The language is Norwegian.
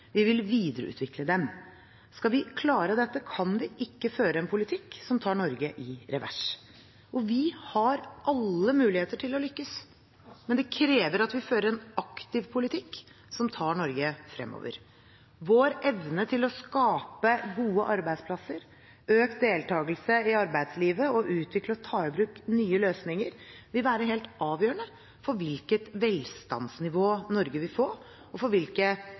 vi vil videreutvikle dem. Skal vi klare dette, kan vi ikke føre en politikk som tar Norge i revers. Vi har alle muligheter til å lykkes, men det krever at vi fører en aktiv politikk som tar Norge fremover. Vår evne til å skape gode arbeidsplasser, øke deltakelsen i arbeidslivet og utvikle og ta i bruk nye løsninger vil være helt avgjørende for hvilket velstandsnivå Norge vil få og for hvilke